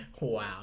Wow